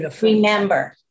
remember